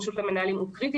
גמישות למנהלים שהוא קריטי,